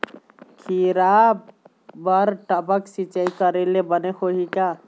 खिरा बर टपक सिचाई करे ले बने होही का?